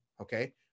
Okay